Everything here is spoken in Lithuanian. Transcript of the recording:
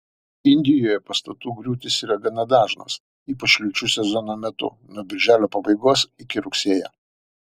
indijoje pastatų griūtys yra gana dažnos ypač liūčių sezono metu nuo birželio pabaigos iki rugsėjo